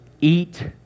eat